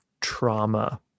trauma